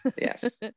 Yes